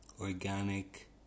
organic